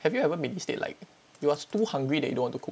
have you ever been in a state like you was too hungry that you don't want to cook